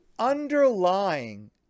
underlying